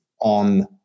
on